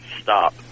stop